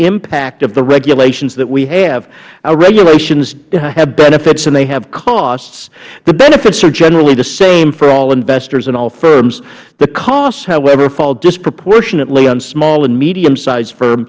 impact of the regulations that we have regulations have benefits and they have costs the benefits are generally the same for all investors and all firms the costs however fall disproportionately on small and medium size